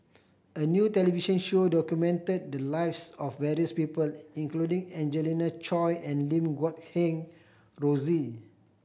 a new television show documented the lives of various people including Angelina Choy and Lim Guat Kheng Rosie